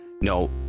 No